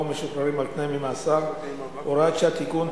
ומשוחררים על-תנאי ממאסר (הוראת שעה) (תיקון),